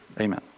Amen